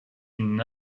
une